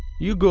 you go